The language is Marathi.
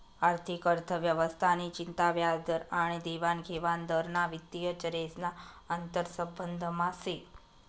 आर्थिक अर्थव्यवस्था नि चिंता व्याजदर आनी देवानघेवान दर ना वित्तीय चरेस ना आंतरसंबंधमा से